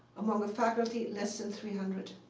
among a faculty less than three hundred.